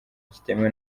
kitemewe